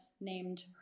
named